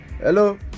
Hello